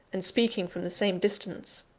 and speaking from the same distance.